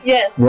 Yes